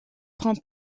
prend